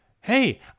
hey